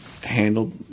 handled